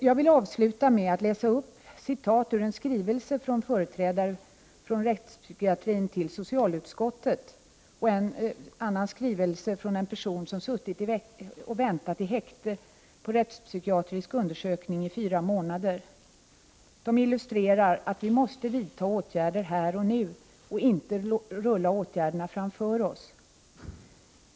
Jag vill avsluta med att läsa upp citat ur en skrivelse från företrädare för rättspsykiatrin till socialutskottet och en annan skrivelse från en person som suttit i häkte och väntat på rättspsykiatrisk undersökning i fyra månader. De illustrerar att vi måste vidta åtgärder här och nu och inte rulla åtgärderna framför oss.